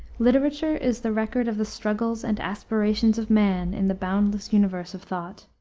literature is the record of the struggles and aspirations of man in the boundless universe of thought.